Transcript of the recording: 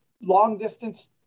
long-distance